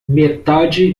metade